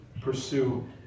pursue